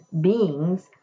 beings